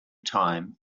time